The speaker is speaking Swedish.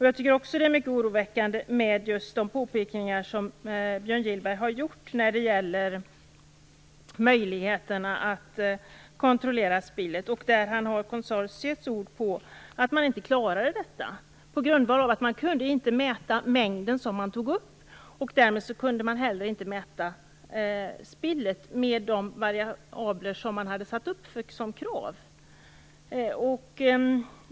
Jag tycker också att de påpekanden som Björn Gillberg har gjort när det gäller möjligheterna att kontrollera spillet är oroväckande. Han har konsortiets ord på att man inte klarade detta på grund av att man inte kunde mäta den mängd som man tog upp. Därmed kunde man inte heller mäta spillet enligt de variabler som man hade satt upp som krav.